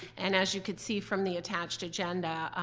and as you can see from the attached agenda,